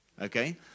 okay